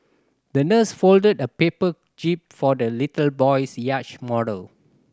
the nurse folded a paper jib for the little boy's yacht model